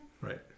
Right